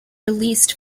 released